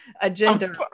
agenda